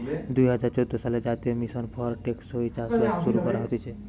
দুই হাজার চোদ্দ সালে জাতীয় মিশন ফর টেকসই চাষবাস শুরু করা হতিছে